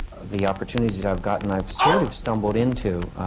the opportunities i've gotten i've sort of stumbled into.